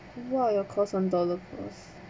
while your course on dollar plus